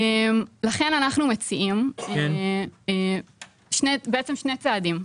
לכן אנחנו מציעים שני צעדים.